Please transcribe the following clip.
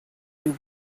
you